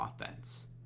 offense